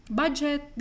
budget